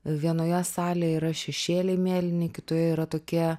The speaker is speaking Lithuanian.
vienoje salėj yra šešėliai mėlyni kitoje yra tokie